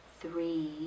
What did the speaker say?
three